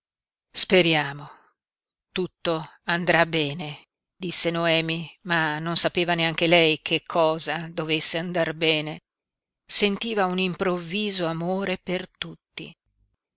bene speriamo tutto andrà bene disse noemi ma non sapeva neanche lei che cosa dovesse andar bene sentiva un improvviso amore per tutti